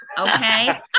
Okay